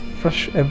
fresh